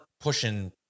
pushing